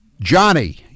Johnny